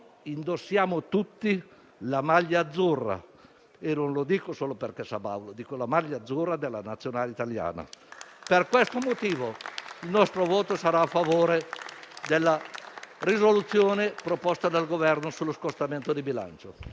Signor Presidente, membri del Governo, onorevoli colleghi, facciamo un rapido riassunto delle puntate precedenti.